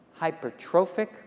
Hypertrophic